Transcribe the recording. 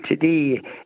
today